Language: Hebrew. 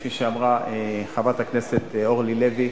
כפי שאמרה חברת הכנסת אורלי לוי,